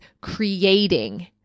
creating